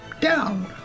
down